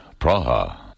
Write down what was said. Praha